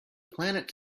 planet